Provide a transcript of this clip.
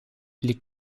les